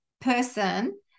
person